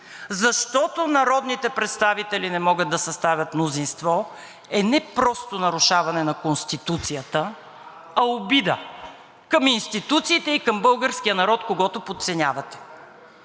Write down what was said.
защото народните представители не могат да съставят мнозинство, е не просто нарушаване на Конституцията, а обида към институциите и към българския народ, когото подценявате.